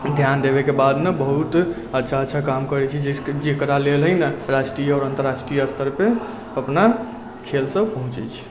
ध्यान देबय के बाद ना बहुत अच्छा अच्छा काम करै छी जैसे जेकरा लेल है ना राष्ट्रीय आओर अंतर्राष्ट्रीय स्तर पे अपना खेल सॅं पहुचय छै